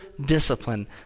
discipline